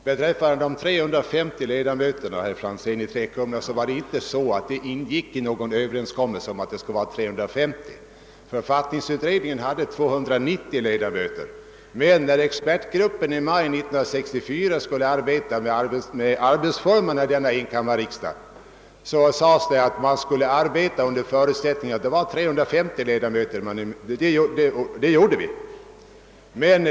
Beträffande frågan om de 350 ledamöterna, herr Franzén i Träkumla, ingick det inte i någon överenskommelse att det skulle vara just 350. Författningsutredningen hade föreslagit 290 1edamöter. Men när expertgruppen i maj 1964 skulle behandla arbetsformerna för denna enkammarriksdag sades det att man skulle arbeta under förutsättningen, att det skulle bli 350 ledamöter, och det gjorde vi också.